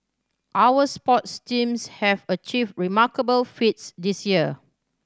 our sports teams have achieved remarkable feats this year